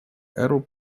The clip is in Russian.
эру